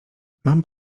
mam